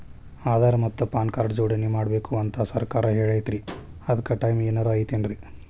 ಆಧಾರ ಮತ್ತ PAN card ನ ಜೋಡಣೆ ಮಾಡ್ಬೇಕು ಅಂತಾ ಸರ್ಕಾರ ಹೇಳೈತ್ರಿ ಅದ್ಕ ಟೈಮ್ ಏನಾರ ಐತೇನ್ರೇ?